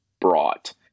brought